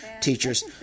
teachers